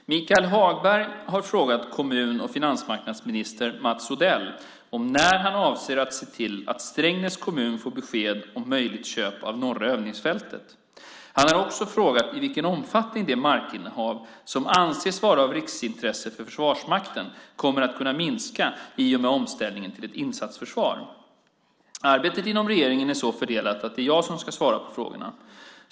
Herr talman! Michael Hagberg har frågat kommun och finansmarknadsminister Mats Odell när han avser att se till att Strängnäs kommun får besked om möjligt köp av norra övningsfältet. Han har också frågat i vilken omfattning det markinnehav som anses vara av riksintresse för Försvarsmakten kommer att kunna minska i och med omställningen till ett insatsförsvar. Arbetet inom regeringen är så fördelat att det är jag som ska svara på frågorna.